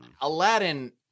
Aladdin